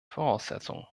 voraussetzungen